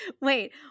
Wait